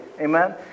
Amen